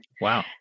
Wow